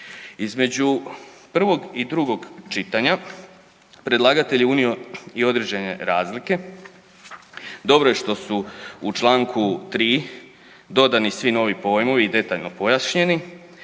Između prvog i drugog čitanja predlagatelj je unio i određene razlike, dobro je što su u čl. 3. dodani svi novi pojmovi i detaljno pojašnjeni,